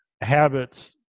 habits